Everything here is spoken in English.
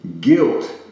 guilt